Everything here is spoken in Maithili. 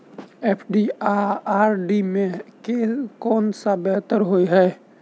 एफ.डी आ आर.डी मे केँ सा बेहतर होइ है?